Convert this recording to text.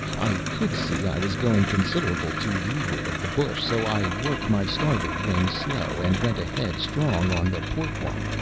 i could see i was going considerable to looard of the bush, so i worked my starboard wing slow and went ahead strong on the port one,